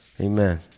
Amen